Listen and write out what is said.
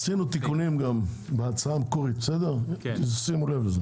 עשינו תיקונים בהצעה המקורית שימו לב.